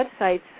websites